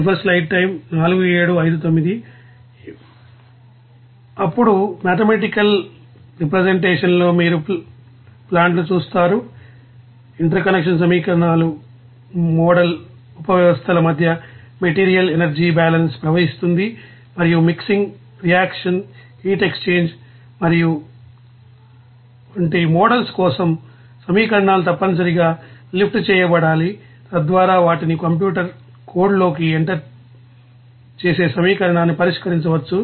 ఇప్పుడు mathematical representation లో మీరు ప్లాంట్ను చూస్తారు ఇంటర్కనక్షన్ సమీకరణాలు మోడల్ ఉపవ్యవస్థల మధ్య మెటీరియల్ ఎనర్జీ బ్యాలెన్స్ ప్రవహిస్తుంది మరియు మిక్సింగ్ రియాక్షన్ హీట్ ఎక్స్ఛేంజ్ మరియు వంటి మోడల్స్ కోసం సమీకరణాలు తప్పనిసరిగా లిస్ట్ చేయబడాలి తద్వారా వాటిని కంప్యూటర్ కోడ్లోకి ఎంటర్ చేసి సమీకరణాన్ని పరిష్కరించవచ్చు